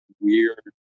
weird